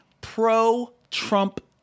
pro-Trump